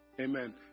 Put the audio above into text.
amen